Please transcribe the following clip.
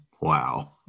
wow